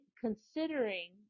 considering